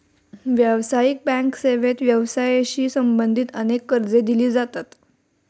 व्यावसायिक बँक सेवेत व्यवसायाशी संबंधित अनेक कर्जे दिली जातात